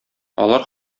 алар